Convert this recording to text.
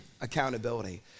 Accountability